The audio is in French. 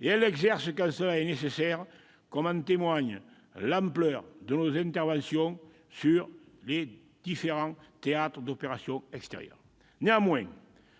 et elle l'exerce quand cela est nécessaire, comme en témoigne l'ampleur de nos interventions sur les différents théâtres d'opérations extérieures.